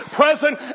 present